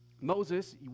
Moses